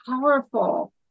powerful